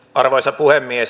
arvoisa puhemies